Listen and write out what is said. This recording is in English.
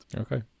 Okay